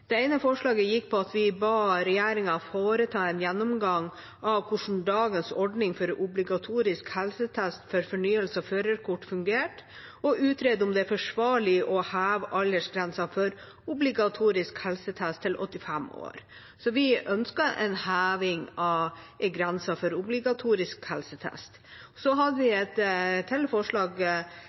Det ene forslaget gikk ut på at vi ba regjeringa foreta en gjennomgang av hvordan dagens ordning for obligatorisk helsetest for fornyelse av førerkort fungerte, og utrede om det var forsvarlig å heve aldersgrensen for obligatorisk helsetest til 85 år. Vi ønsket en heving av grensen for obligatorisk helsetest. Vi hadde et forslag til,